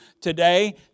today